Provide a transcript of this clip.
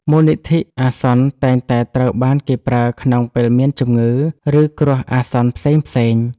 មូលនិធិអាសន្នតែងតែត្រូវបានគេប្រើក្នុងពេលមានជំងឺ ឬគ្រោះអាសន្នផ្សេងៗ។